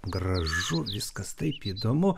gražu viskas taip įdomu